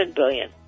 billion